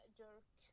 jerk